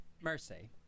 Mercy